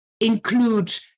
include